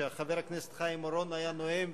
כשחבר הכנסת חיים אורון היה נואם,